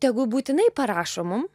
tegu būtinai parašo mum